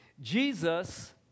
Jesus